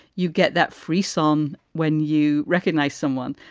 you get that frisson um when you recognize someone.